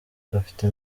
afite